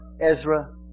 Ezra